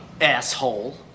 asshole